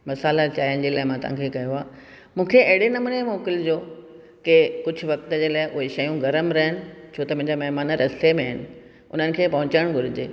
मसाला चांहि जे लाइ मां तव्हांखे कयो आहे मूंखे अहिड़े नमूने मोकिलिजो के कुझु वक्ति जे लाइ कोई शयूं गरम रहनि छो त मुंहिंजा महिमान रस्ते में आहिनि हुननि खे पहुचणु घुरिजे